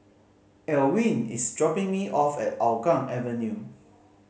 Elwyn is dropping me off at Hougang Avenue